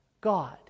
God